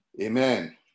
Amen